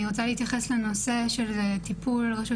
אני רוצה להתייחס לנושא של טיפול רשות